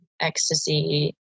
ecstasy